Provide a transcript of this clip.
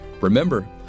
Remember